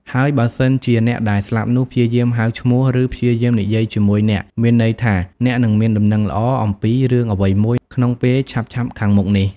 ហើយបើសិន ជាអ្នកដែលស្លាប់នោះ ព្យាយាមហៅឈ្មោះ ឬព្យាយាមនិយាយជាមួយអ្នក មានន័យថា អ្នកនឹងមានដំណឹងល្អ អំពីរឿងអ្វីមួយ ក្នុងពេលឆាប់ៗខាងមុខនេះ។